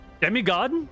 Demigod